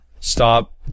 stop